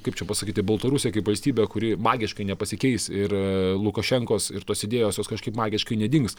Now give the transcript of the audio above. kaip čia pasakyt į baltarusija kaip valstybę kuri magiškai nepasikeis ir lukašenkos ir tos idėjos jos kažkaip magiškai nedings